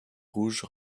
rouges